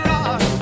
Rock